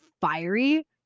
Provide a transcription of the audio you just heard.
fiery